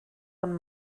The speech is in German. von